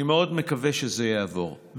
אני מאוד מקווה שזה יעבור.